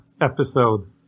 episode